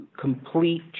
complete